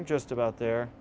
just about there